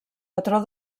patró